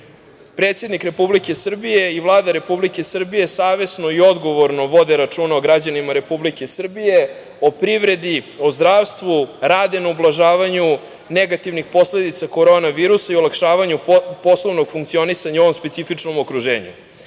Predsednik Republike Srbije i Vlada Republike Srbije savesno i odgovorno vode računa o građanima Republike Srbije, o privredi, o zdravstvu. Rade na ublažavanju negativnih posledica korona virusa i olakšavanju poslovnog funkcionisanja u ovom specifičnom okruženju. Srbija